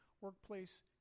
Workplace